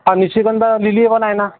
आ निशिगंधा लिली पण आहे ना